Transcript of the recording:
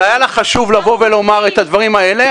אבל היה לך חשוב לבוא ולומר את הדברים האלה,